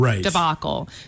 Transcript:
debacle